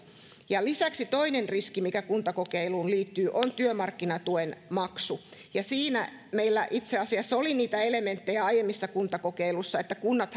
lisäksi toinen riski mikä kuntakokeiluun liittyy on työmarkkinatuen maksu siinä meillä itse asiassa oli niitä elementtejä aiemmissa kuntakokeiluissa että kunnat